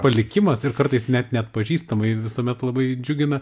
palikimas ir kartais net neatpažįstamai visuomet labai džiugina